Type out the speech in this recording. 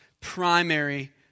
primary